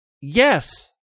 Yes